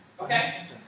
Okay